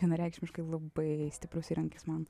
vienareikšmiškai labai stiprus įrankis man